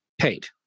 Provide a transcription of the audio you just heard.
Paid